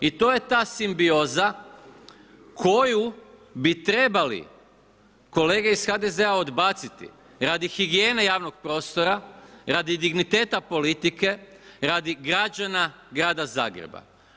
I to je ta simbioza koju bi trebali kolege iz HDZ-a odbaciti radi higijene javnog prostora, radi digniteta politike, radi građana grada Zagreba.